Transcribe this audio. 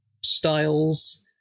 styles